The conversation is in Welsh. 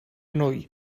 nwy